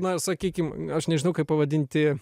na sakykim aš nežinau kaip pavadinti